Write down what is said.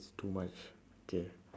it's too much okay